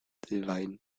wein